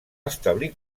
establir